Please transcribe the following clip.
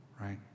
Right